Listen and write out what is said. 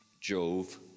Jove